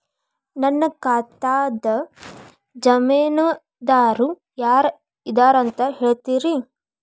ನನ್ನ ಖಾತಾದ್ದ ಜಾಮೇನದಾರು ಯಾರ ಇದಾರಂತ್ ಹೇಳ್ತೇರಿ?